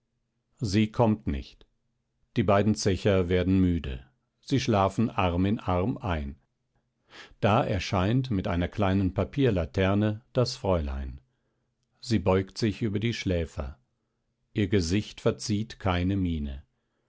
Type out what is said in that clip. sie kommt nicht die beiden zecher werden müde sie schlafen arm in arm ein da erscheint mit einer kleinen papierlaterne das fräulein sie beugt sich über die schläfer ihr gesicht verzieht keine miene